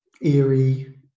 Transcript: eerie